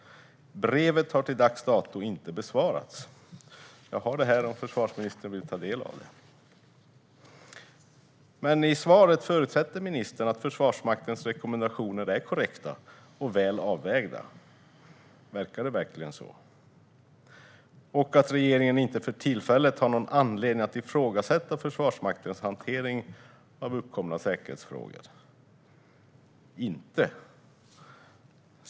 Brevet har till dags dato inte besvarats. Jag har brevet med mig här om försvarsministern vill ta del av det. I interpellationssvaret förutsätter ministern dock att Försvarsmaktens rekommendationer är korrekta och väl avvägda. Verkar det verkligen så? Han menar också att regeringen för tillfället inte har någon anledning att ifrågasätta Försvarsmaktens hantering av uppkomna säkerhetsfrågor. Inte?